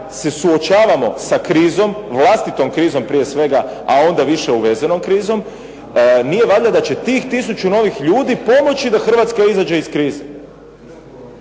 se suočavamo sa krizom, vlastitom krizom prije svega a onda više uvezenom krizom. Nije valjda da će tih tisuću novih ljudi pomoći da Hrvatska izađe iz krize.